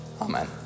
Amen